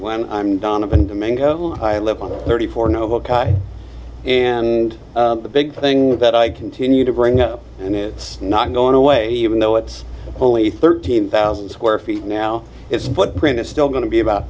when i'm donovan domingo i live on the thirty four noble cause and the big thing that i continue to bring up and it's not going away even though it's only thirteen thousand square feet now its footprint is still going to be about